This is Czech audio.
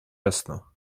jasno